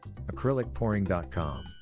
acrylicpouring.com